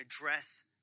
address